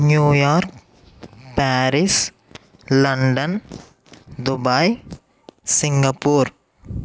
New York Paris London Dubai Singapore